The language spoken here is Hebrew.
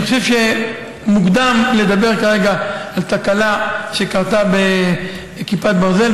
אני חושב שמוקדם לדבר כרגע על תקלה שקרתה בכיפת ברזל,